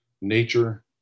nature